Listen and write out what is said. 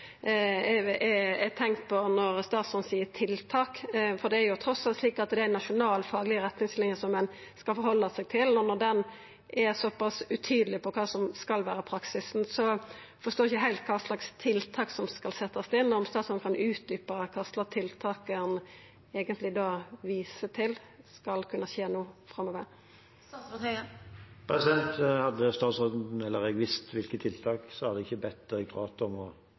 tenkt på når statsråden seier «tiltak», for det er trass alt slik at det er nasjonal fagleg retningslinje ein skal halda seg til, og når ho er så pass utydeleg på kva som skal vera praksisen, forstår eg ikkje heilt kva slags tiltak som skal setjast inn. Kan statsråden utdjupa kva tiltak han viser til skal kunna skje no framover? Hadde jeg visst hvilke tiltak, hadde jeg ikke bedt direktoratet om å komme med forslag til tiltak. Det er derfor jeg har bedt om disse tiltakene, og jeg ser fram til å